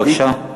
בבקשה.